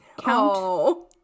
count